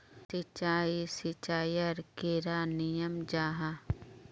सिंचाई सिंचाईर कैडा नियम जाहा?